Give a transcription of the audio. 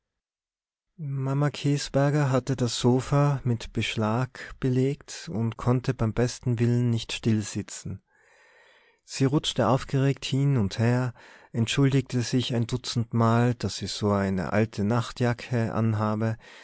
hatte das sofa mit beschlag belegt und konnte beim besten willen nicht stillsitzen sie rutschte aufgeregt hin und her entschuldigte sich ein dutzendmal daß sie so eine alte nachtjacke anhabe